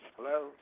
Hello